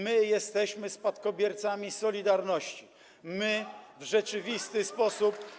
My jesteśmy spadkobiercami „Solidarności”, my w rzeczywisty sposób.